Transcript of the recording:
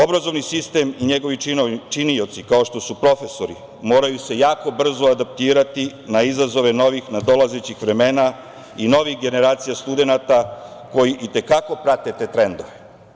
Obrazovni sistem i njegovi činioci kao što su profesori moraju se jako brzo adaptirati na izazove novih, nadolazećih vremena i novih generacija studenata koji i te kako prate te trendove.